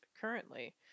currently